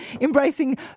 embracing